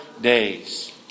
days